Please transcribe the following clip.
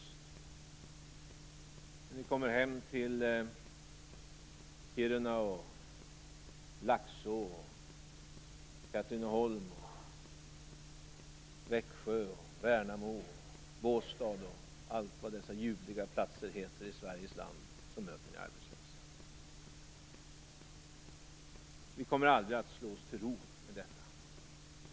När ni kommer hem till Kiruna och Laxå, Katrineholm, Växjö, Värnamo, Båstad och allt vad dessa ljuvliga platser heter i Sveriges land möter ni arbetslösa. Vi kommer aldrig att slå oss till ro med detta.